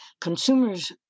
consumers